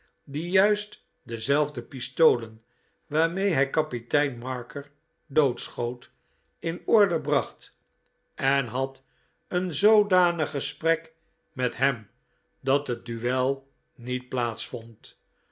die juist dezelfde pistolen waarmee hij kapitein marker doodschoot in orde bracht en had een zoodanig gesprek met hem dat het duel niet